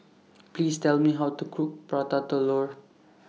Please Tell Me How to Cook Prata Telur